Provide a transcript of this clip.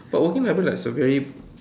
but working library like it's a very